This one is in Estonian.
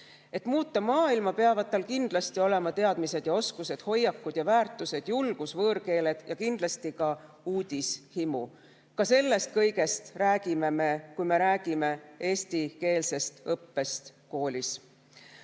Et muuta maailma, peavad tal kindlasti olema teadmised ja oskused, [teatud] hoiakud ja väärtused, julgus, võõrkeeleoskus ja kindlasti ka uudishimu. Ka sellest kõigest me räägime, kui me räägime eestikeelsest õppest koolis.